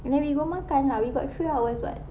then we go makan lah we got three hours [what]